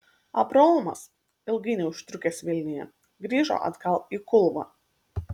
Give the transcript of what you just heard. abraomas ilgai neužtrukęs vilniuje grįžo atgal į kulvą